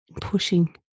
pushing